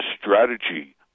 strategy